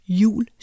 jul